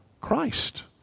Christ